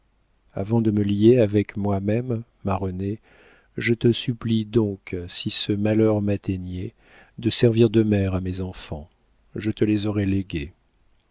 avant de me lier avec moi-même ma renée je te supplie donc si ce malheur m'atteignait de servir de mère à mes enfants je te les aurai légués